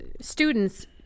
student's